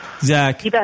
Zach